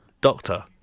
Doctor